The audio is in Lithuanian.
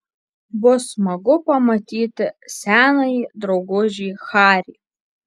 bus smagu pamatyti senąjį draugužį harį